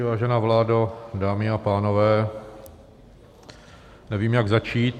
Vážená vládo, dámy a pánové, nevím, jak začít.